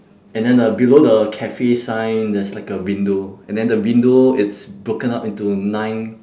and then the below the cafe sign there's like a window and then the window it's broken up into nine